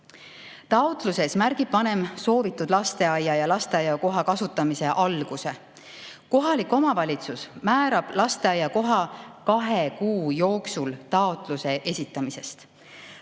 Taotluses märgib vanem soovitud lasteaia ja lasteaiakoha kasutamise alguse. Kohalik omavalitsus määrab lasteaiakoha kahe kuu jooksul taotluse esitamisest.